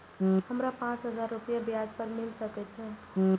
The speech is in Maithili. हमरा पाँच हजार रुपया ब्याज पर मिल सके छे?